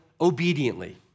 obediently